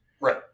right